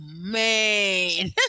man